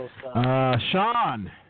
Sean